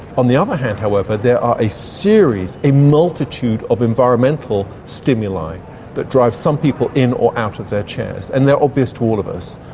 on the other hand however there are a series, a multitude of environmental stimuli that drive some people in or out of their chairs and they're obvious to all of us,